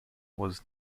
was